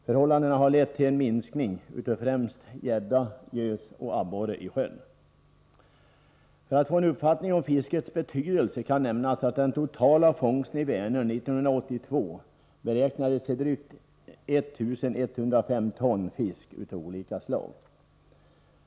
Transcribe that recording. Förhållandena har lett till en minskning av främst gädda, gös och abborre i sjön. För att få en uppfattning om fiskets betydelse kan jag nämna att den totala fångsten i Vänern 1982 beräknades till drygt 1 105 ton fisk av olika slag.